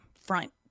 front